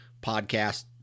podcast